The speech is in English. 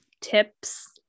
tips